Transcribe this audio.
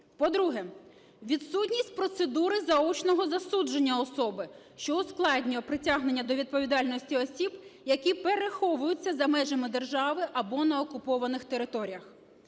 По-друге, відсутність процедури заочного засудження особи, що ускладнює притягнення до відповідальності осіб, які переховуються за межами держави або на окупованих територіях.